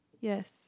Yes